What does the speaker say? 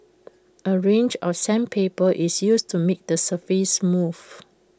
A range of sandpaper is used to make the surface smooth